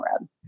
road